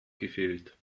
gefehlt